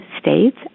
states